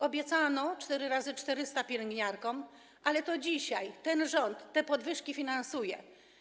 Obiecano 4 × 400 pielęgniarkom, ale to dzisiaj ten rząd te podwyżki finansuje.